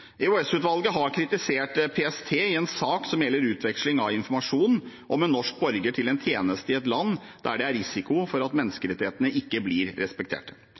har kritisert PST i en sak som gjelder utveksling av informasjon om en norsk borger til en tjeneste i et land der det er risiko for at menneskerettighetene ikke blir respektert.